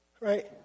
Right